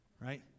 right